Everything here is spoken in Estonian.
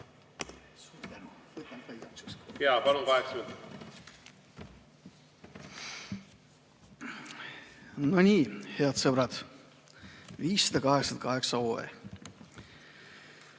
No nii, head sõbrad! 588 OE.